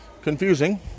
Confusing